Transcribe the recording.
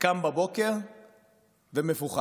קם בבוקר ומפוחד.